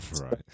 Right